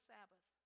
Sabbath